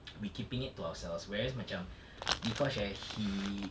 we're keeping it to ourselves whereas macam dee kosh eh he